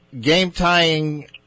game-tying